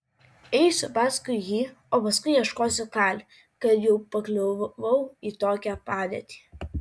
eisiu paskui jį o paskui ieškosiu kali kad jau pakliuvau į tokią padėtį